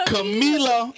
Camila